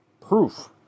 Proof